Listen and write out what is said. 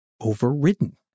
overridden